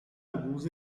alguns